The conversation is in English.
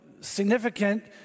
significant